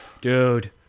Dude